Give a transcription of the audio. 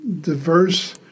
Diverse